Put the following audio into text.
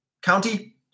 county